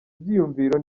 byiyumviro